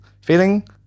feeling